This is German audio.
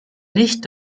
nicht